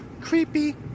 Creepy